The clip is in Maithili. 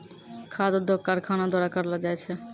खाद्य उद्योग कारखानो द्वारा करलो जाय छै